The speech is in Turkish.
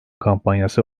kampanyası